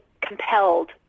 compelled